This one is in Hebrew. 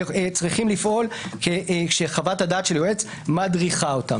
צריכים לפעול כשחוות הדעת של היועץ מדריכה אותם.